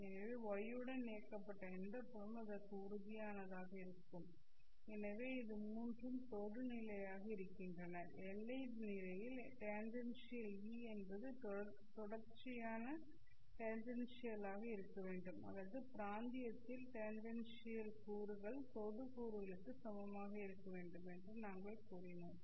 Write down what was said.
எனவே y உடன் இயக்கப்பட்ட எந்த புலமும் அதற்கு உறுதியானதாக இருக்கும் எனவே இது மூன்றும் தொடுநிலையாக இருக்கின்றன எல்லை நிலையில் டேன்ஜென்ஷியல் E என்பது தொடர்ச்சியான தொடுநிலை டேன்ஜென்ஷியல் E1 ஆக இருக்க வேண்டும் அல்லது பிராந்தியத்தில் டேன்ஜென்ஷியல் கூறுகள் தொடு கூறுகளுக்கு சமமாக இருக்க வேண்டும் என்று நாங்கள் கூறினோம்